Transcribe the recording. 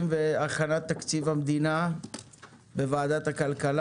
והכנת תקציב המדינה בוועדת הכלכלה.